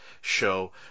show